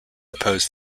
pose